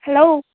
hello